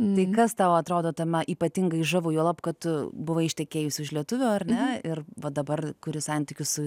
nei kas tau atrodo tame ypatingai žavu juolab kad tu buvai ištekėjusi už lietuvio ar ne ir va dabar kuriu santykius su